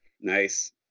nice